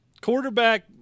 Quarterback